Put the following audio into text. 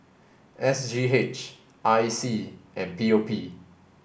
S G H I C and P O P